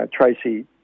Tracy